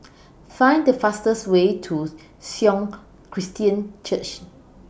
Find The fastest Way to Sion Christian Church